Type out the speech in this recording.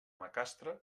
macastre